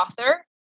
author